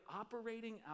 operating